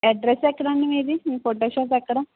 address ఎక్కడ అండి మీది మీ ఫోటో షాప్ ఎక్కడ